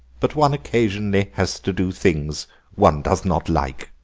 but one occasionally has to do things one does not like.